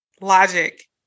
logic